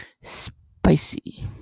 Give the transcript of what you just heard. Spicy